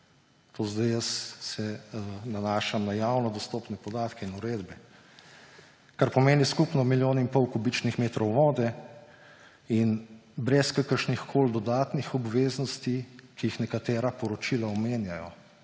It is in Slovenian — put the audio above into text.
jaz se nanašam na javno dostopne podatke in uredbe, kar pomeni skupno milijon in pol kubičnih metrov vode; in brez kakršnikoli dodatnih obveznosti, ki jih nekatera poročila omenjajo,